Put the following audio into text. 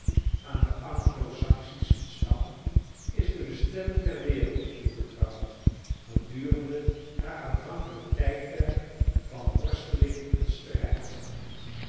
aan den anglo saksischen stam is de bestemming der wereld toevertrouwd gedurende haar aanvankelijk tijdperk van worsteling en strijd